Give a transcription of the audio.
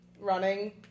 running